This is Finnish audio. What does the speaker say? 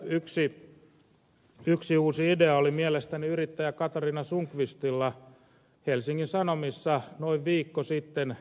tässä yksi uusi idea oli mielestäni yrittäjä katriina sundqvistilla helsingin sanomissa noin viikko sitten